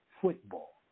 football